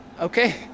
Okay